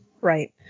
Right